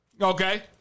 Okay